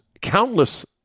countless